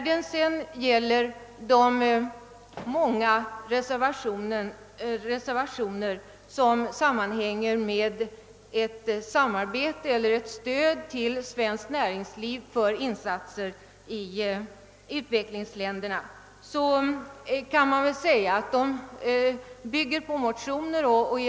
De många reservationer, som gäller ett samarbete med eller ett stöd till svenskt näringsliv för insatser i utvecklingsländerna, bygger på motioner.